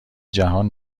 جهان